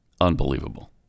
Unbelievable